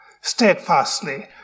steadfastly